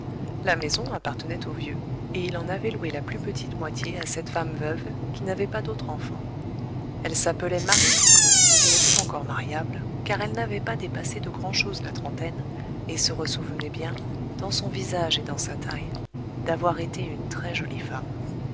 la maison appartenait au vieux et il en avait loué la plus petite moitié à cette femme veuve qui n'avait pas d'autre enfant elle s'appelait marie picot et était encore mariable car elle n'avait pas dépassé de grand'chose la trentaine et se ressouvenait bien dans son visage et dans sa taille d'avoir été une très-jolie femme